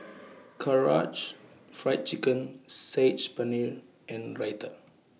Karaage Fried Chicken Saag Paneer and Raita